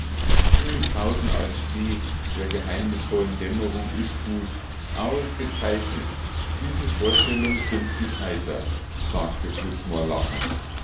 münchhausen als fee der geheimnisvollen dämmerung ist gut ausgezeichnet diese vorstellung stimmt mich heiter sagte flitmore lachend